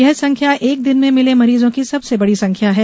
यह संख्या एक दिन में मिले मरीजों की सबसे बड़ी संख्या है